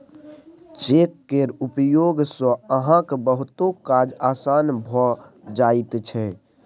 cheque केर उपयोग सँ अहाँक बहुतो काज आसान भए जाइत छै